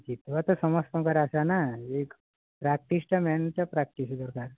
ଗୀତରେ ତ ସମସ୍ତଙ୍କର ଆଶା ନା ଏକ ପ୍ରାକ୍ଟିସ୍ଟା ମେନ୍ ତ ପ୍ରାକ୍ଟିସ୍ ଦରକାର